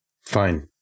Fine